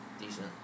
Decent